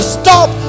stop